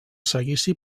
seguici